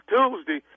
Tuesday